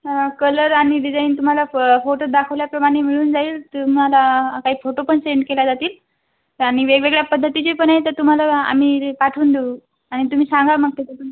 हा कलर आणि डिझाईन तुम्हाला फ फोटोत दाखवल्याप्रमाणे मिळून जाईल तुम्हाला काही फोटो पण सेन्ड केला जातील आणि वेगवेगळ्या पध्दतीचे पण आहे तर तुम्हाला आम्ही ते पाठवून देऊ आणि तुम्ही सांगा मग ते पसंत करून